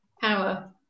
power